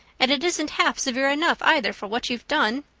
and it isn't half severe enough either for what you've done!